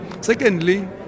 Secondly